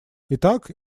итак